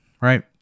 right